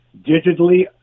digitally